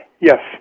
yes